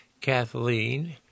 Kathleen